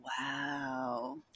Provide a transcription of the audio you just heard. wow